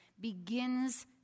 begins